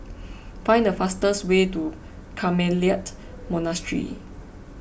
find the fastest way to Carmelite Monastery